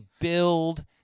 build –